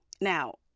now